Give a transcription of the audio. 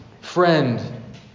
friend